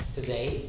Today